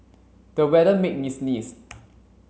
the weather made me sneeze